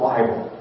Bible